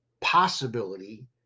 possibility